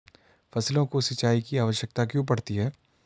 फसलों को सिंचाई की आवश्यकता क्यों पड़ती है?